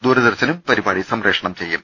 ദൂരദർശനും പരിപാടി സംപ്രേഷണം ചെയ്യും